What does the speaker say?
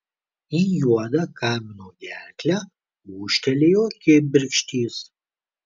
į juodą kamino gerklę ūžtelėjo kibirkštys